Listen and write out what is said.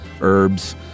herbs